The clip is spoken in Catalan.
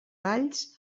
balls